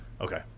Okay